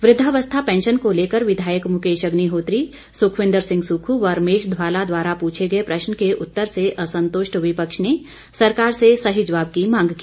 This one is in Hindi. वृद्वावस्था पैंशन को लेकर विधायक मुकेश अग्निहोत्री सुखविंद्र सिंह सुक्खू व रमेश धवाला द्वारा पूछे गए प्रश्न के उत्तर से असंतुष्ट विपक्ष ने सरकार से सही जवाब की मांग की